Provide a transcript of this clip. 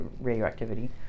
radioactivity